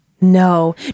No